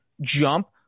jump